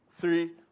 three